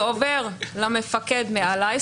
זה עובר למפקד מעלי,